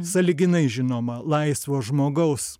sąlyginai žinoma laisvo žmogaus